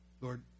Lord